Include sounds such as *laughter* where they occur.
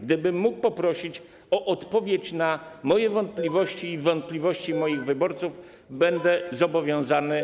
Gdybym mógł poprosić o odpowiedź na moje wątpliwości i wątpliwości moich wyborców, *noise* byłbym zobowiązany.